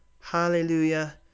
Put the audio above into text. hallelujah